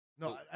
No